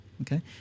Okay